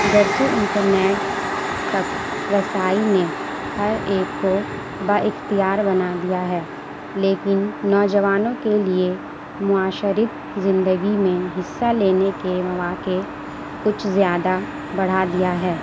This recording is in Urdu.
گرچہ انٹرنیٹ تک رسائی نے ہر ایک کو بہ اختیار بنا دیا ہے لیکن نوجوانوں کے لیے معاشرت زندگی میں حصہ لینے کے مواقع کچھ زیادہ بڑھا دیا ہے